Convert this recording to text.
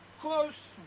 Close